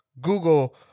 Google